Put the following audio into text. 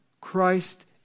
Christ